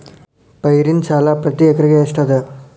ಪೈರಿನ ಸಾಲಾ ಪ್ರತಿ ಎಕರೆಗೆ ಎಷ್ಟ ಅದ?